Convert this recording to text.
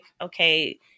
okay